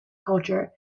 culture